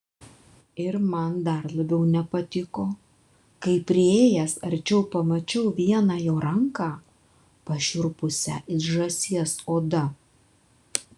ir man dar labiau nepatiko kai priėjęs arčiau pamačiau vieną jo ranką pašiurpusią it žąsies oda